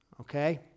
Okay